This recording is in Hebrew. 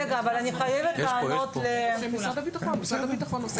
משרד הביטחון.